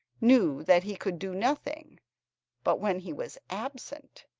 knew that he could do nothing but when he was absent,